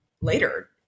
later